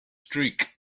streak